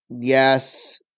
Yes